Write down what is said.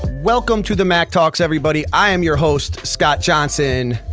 welcome to the mack talks everybody. i am your host, scott johnson.